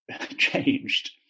changed